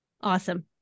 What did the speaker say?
Awesome